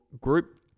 group